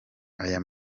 aya